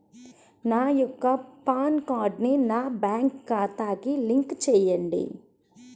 నా యొక్క పాన్ కార్డ్ని నా బ్యాంక్ ఖాతాకి లింక్ చెయ్యండి?